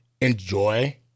enjoy